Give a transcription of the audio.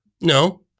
No